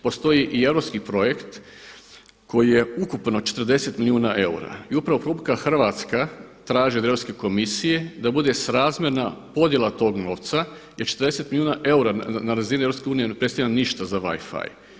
Postoji i europski projekt koji je ukupno 40 milijuna eura i upravo RH traži od Europske komisije da bude srazmjerna podjela tog novca jer 40 milijuna eura na razini EU ne predstavlja ništa za Wifi.